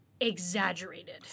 exaggerated